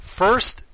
first